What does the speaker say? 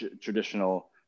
traditional